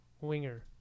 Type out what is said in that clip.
Winger